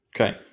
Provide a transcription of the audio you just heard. Okay